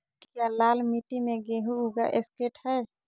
क्या लाल मिट्टी में गेंहु उगा स्केट है?